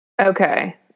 okay